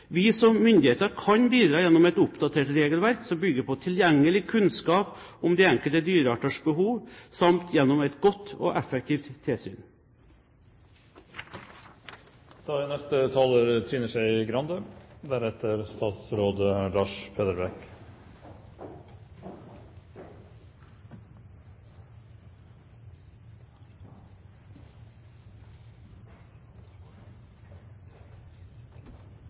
Vi som myndigheter kan bidra gjennom et oppdatert regelverk som bygger på tilgjengelig kunnskap om de enkelte dyrearters behov, samt gjennom et godt og effektivt tilsyn.